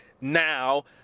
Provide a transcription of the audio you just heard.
now